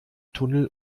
tunnel